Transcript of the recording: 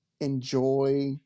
enjoy